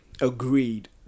agreed